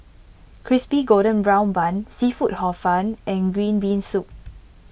Crispy Golden Brown Bun Seafood Hor Fun and Green Bean Soup